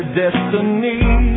destiny